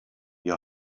your